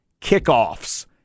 kickoffs